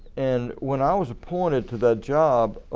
and when i was appointed to that job,